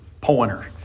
pointer